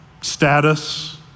status